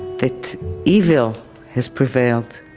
that evil has prevailed.